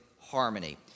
harmony